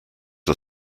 are